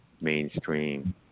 mainstream